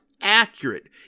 accurate